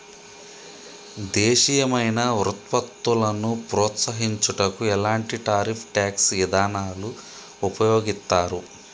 దేశీయమైన వృత్పత్తులను ప్రోత్సహించుటకు ఎలాంటి టారిఫ్ ట్యాక్స్ ఇదానాలు ఉపయోగిత్తారు